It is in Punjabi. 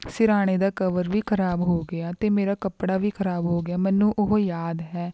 ਸਿਰਹਾਣੇ ਦਾ ਕਵਰ ਵੀ ਖਰਾਬ ਹੋ ਗਿਆ ਅਤੇ ਮੇਰਾ ਕੱਪੜਾ ਵੀ ਖਰਾਬ ਹੋ ਗਿਆ ਮੈਨੂੰ ਉਹ ਯਾਦ ਹੈ